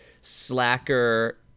slacker